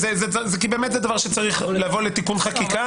כי באמת זה דבר שצריך לבוא לתיקון חקיקה.